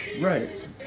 right